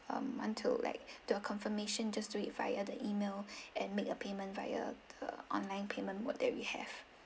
um until like the confirmation just do it via the email and make a payment via the online payment what that we have